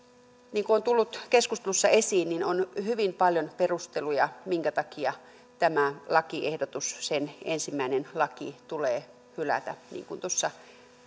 niin kuin on tullut keskustelussa esiin niin on hyvin paljon perusteluja minkä takia tämä lakiehdotus ensimmäinen laki tulee hylätä niin kuin